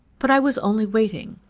but i was only waiting.